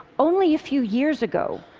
only a few years ago,